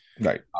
right